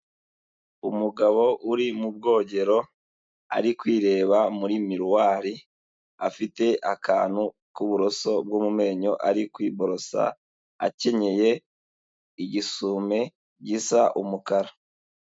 Umugabo uri mu bwogero, ari kwireba muri miriwari, afite akantu k'uburoso bwo mu menyo ari kwiborosa, akenyeye igisume gisa umukara.